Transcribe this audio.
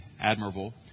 admirable